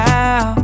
now